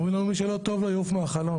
אמרו לנו, מי שלא טוב לו, יעוף מהחלון.